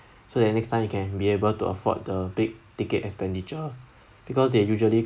so that next time you can be able to afford the big ticket expenditure because they usually